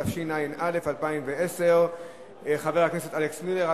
התשע"א 2010. חבר הכנסת אלכס מילר,